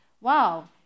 wow